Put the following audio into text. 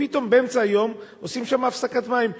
פתאום באמצע היום עושים שם הפסקת מים.